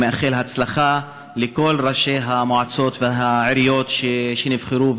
ומאחל הצלחה לכל ראשי המועצות והעיריות שנבחרו,